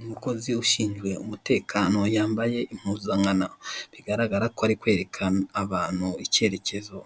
Umukozi ushinzwe umutekano yambaye impuzankano bigaragara ko ari kwereka abantu icyerekezo,